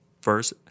first